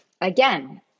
again